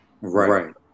Right